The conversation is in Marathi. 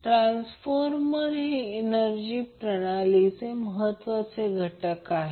ट्रान्सफॉर्मर हे एनर्जी प्रणालीचे महत्वाचे घटक आहे